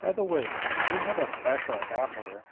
by the way, we have a special adaptor